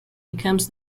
becomes